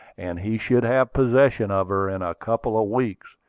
and he should have possession of her in a couple of weeks.